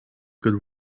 could